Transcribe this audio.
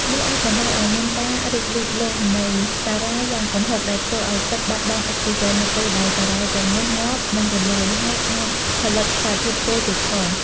នេះអាចបណ្តាលឱ្យមានការរីកលូតលាស់នៃសារាយយ៉ាងគំហុក ដែលធ្វើឱ្យទឹកបាត់បង់អុកស៊ីហ្សែននៅពេលដែលសារាយទាំងនោះងាប់ និងរលួយ ហើយអាចផលិតសារធាតុពុលទៀតផង។